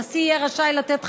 הנשיא יהיה רשאי לתת חנינה,